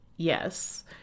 Yes